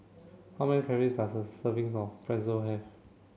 how many calories does a servings of Pretzel have